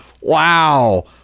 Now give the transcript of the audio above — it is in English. Wow